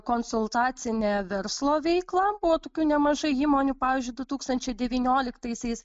konsultacinę verslo veiklą buvo tokių nemažai įmonių pavyzdžiui du tūkstančiai devynioliktaisiais